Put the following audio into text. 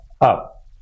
up